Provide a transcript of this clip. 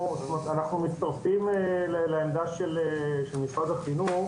אנחנו מצטרפים לעמדה של משרד החינוך.